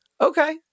Okay